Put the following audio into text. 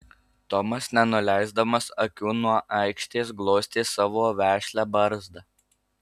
tomas nenuleisdamas akių nuo aikštės glostė savo vešlią barzdą